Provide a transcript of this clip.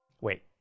Wait